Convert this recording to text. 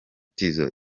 tizzo